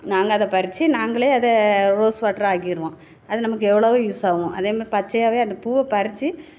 நாங்கள் அதை பறித்து நாங்களே அதை ரோஸ் வாட்டராக ஆக்கிடுவோம் அது நமக்கு எவ்வளவோ யூஸ் ஆகும் அதே மாதிரி பச்சையாகவே அந்த பூவை பறித்து